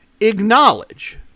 acknowledge